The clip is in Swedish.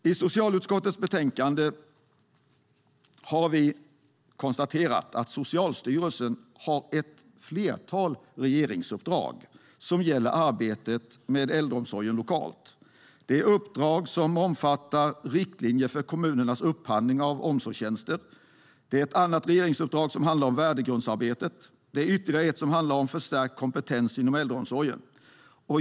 I socialutskottets betänkande har vi konstaterat att Socialstyrelsen har ett flertal regeringsuppdrag som gäller arbetet med äldreomsorgen lokalt. Det är ett uppdrag som omfattar riktlinjer för kommuners upphandling av omsorgstjänster. Ett annat regeringsuppdrag handlar om värdegrundsarbetet, och ytterligare ett handlar om förstärkt kompetens inom äldreomsorgen.